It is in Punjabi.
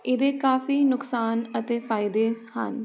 ਇਹਦੇ ਕਾਫੀ ਨੁਕਸਾਨ ਅਤੇ ਫਾਇਦੇ ਹਨ